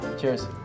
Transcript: Cheers